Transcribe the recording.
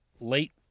late